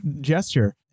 gesture